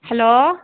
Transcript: hello